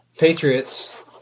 Patriots